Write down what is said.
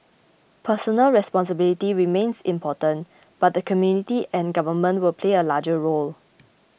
personal responsibility remains important but the community and Government will play a larger role